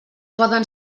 poden